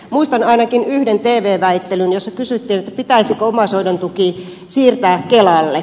muistan ainakin yhden tv väittelyn jossa kysyttiin pitäisikö omaishoidon tuki siirtää kelalle